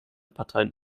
parteien